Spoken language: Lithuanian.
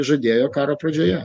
žadėjo karo pradžioje